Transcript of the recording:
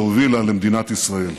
שהובילה למדינת ישראל.